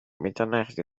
mitternacht